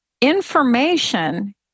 information